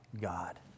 God